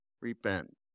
repent